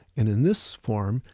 in in this form,